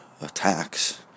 attacks